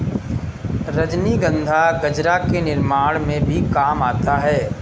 रजनीगंधा गजरा के निर्माण में भी काम आता है